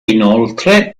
inoltre